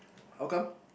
how come